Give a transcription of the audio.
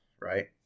right